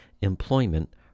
employment